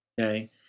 Okay